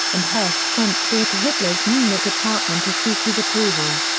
and hess sent speer to hitler's munich apartment to seek his approval.